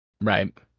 Right